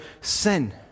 sin